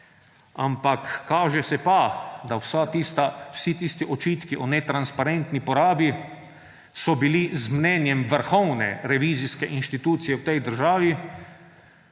ampak kaže se pa, da vsi tisti očitki o netransparentni porabi so bili z mnenjem vrhovne revizijske institucije v tej državi